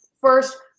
first